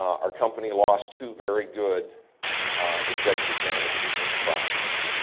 our company lost two very good executive managers in the process